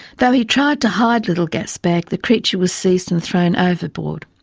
though he tried to hide little gasbag, the creature was seized and thrown ah overboard.